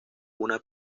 una